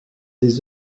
des